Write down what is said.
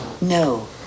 no